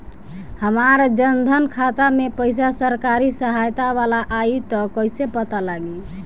हमार जन धन खाता मे पईसा सरकारी सहायता वाला आई त कइसे पता लागी?